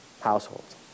households